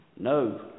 No